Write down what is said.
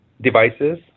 devices